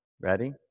Ready